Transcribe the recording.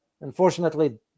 unfortunately